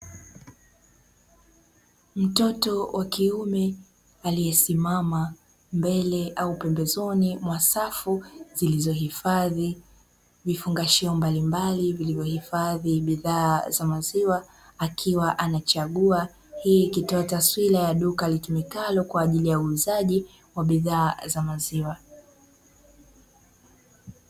Mtoto wa kiume aliyesimama mbele au pembezoni mwa safu zilizohifadhi bidhaa za maziwa akiwa anachagua, hii ikitoa taswira ya duka litumikalo kwa ajili ya uuzaji wa bidhaa za maziwa.